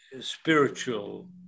spiritual